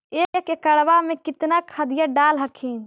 एक एकड़बा मे कितना खदिया डाल हखिन?